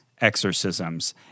exorcisms